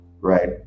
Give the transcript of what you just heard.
right